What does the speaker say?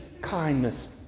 kindness